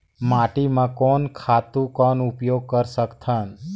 माटी म कोन खातु कौन उपयोग कर सकथन?